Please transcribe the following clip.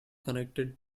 connected